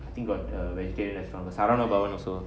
I think got uh vegetarian restaurant got சரவணபவன்:saravanabavan also